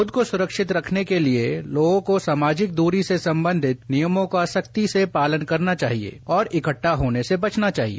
खुद को सुरक्षित रखने के लिए लोगों को समाजिक द्री से संबंधित नियमों का सख्ती से पालन करना चाहिए और इकट्टा होने से बचना चाहिए